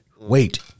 Wait